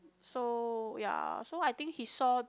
so ya so I think he saw